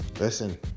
Listen